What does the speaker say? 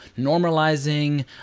normalizing